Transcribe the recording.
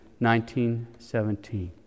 1917